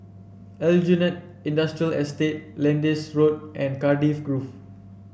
Aljunied Industrial Estate Lyndhurst Road and Cardiff Grove